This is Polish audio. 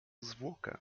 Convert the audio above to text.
zwłokę